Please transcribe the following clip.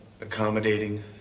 accommodating